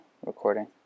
Recording